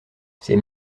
ses